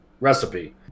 recipe